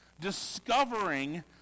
discovering